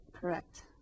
correct